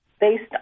based